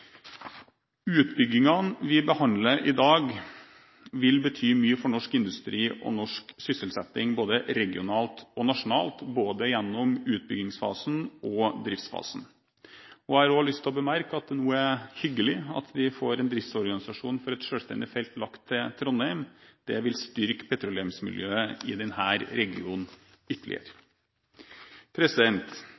Utbyggingene vi behandler i dag, vil bety mye for norsk industri og sysselsetting – regionalt og nasjonalt – gjennom både utbyggingsfasen og driftsfasen. Jeg har også lyst til å bemerke at det er hyggelig at vi får en driftsorganisasjon for et selvstendig felt lagt til Trondheim. Det vil styrke petroleumsmiljøet i denne regionen ytterligere.